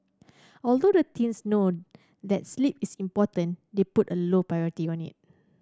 although the teens known that sleep is important they put a low priority on it